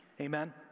amen